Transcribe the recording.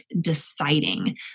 deciding